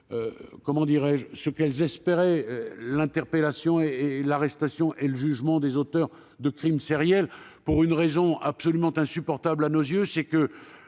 n'ont pas connu ce qu'elles espéraient- l'interpellation, l'arrestation et le jugement des auteurs de crimes sériels -pour une raison absolument insupportable à nos yeux, qui